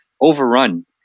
Overrun